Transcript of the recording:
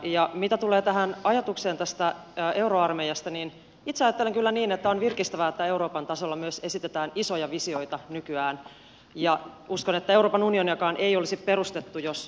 ja mitä tulee tähän ajatukseen tästä euroarmeijasta niin itse ajattelen kyllä niin että on virkistävää että euroopan tasolla myös esitetään isoja visioita nykyään ja uskon että euroopan unioniakaan ei olisi perustettu jos